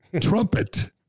trumpet